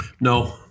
No